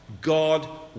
God